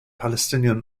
palestinian